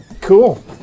Cool